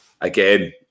again